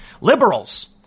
Liberals